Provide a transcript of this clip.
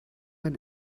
ein